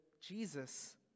Jesus